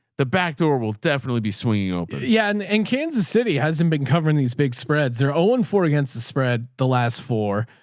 the backdoor will definitely be swinging open yeah and and kansas city hasn't been covering these big spreads, their own four against the spread. the last four,